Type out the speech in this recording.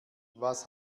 was